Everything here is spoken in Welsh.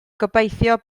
gobeithio